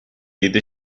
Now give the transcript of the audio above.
دید